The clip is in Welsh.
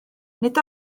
nid